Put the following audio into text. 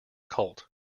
colt